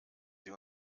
sie